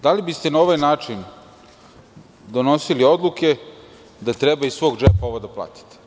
Da li biste na ovaj način donosili odluke da treba iz svog džepa ovo da platite?